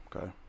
Okay